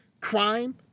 crime